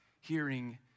hearing